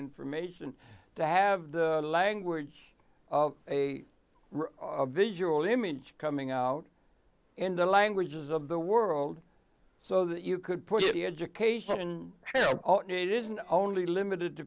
information to have the language a visual image coming out in the languages of the world so that you could put the education it isn't only limited to